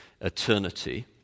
eternity